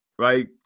Right